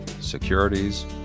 securities